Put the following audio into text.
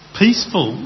peaceful